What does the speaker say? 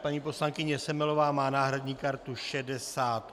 Paní poslankyně Semelová má náhradní kartu 68.